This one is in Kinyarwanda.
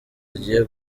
agiye